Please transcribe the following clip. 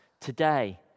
Today